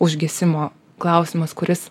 užgesimo klausimas kuris